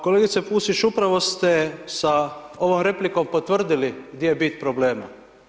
Kolegica Pusić, upravo ste sa ovom replikom potvrdili gdje je bit problema.